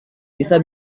bisa